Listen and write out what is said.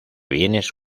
bienes